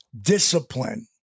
Discipline